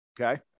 okay